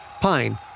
Pine